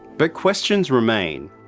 but questions remain.